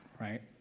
right